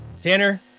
Tanner